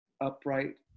upright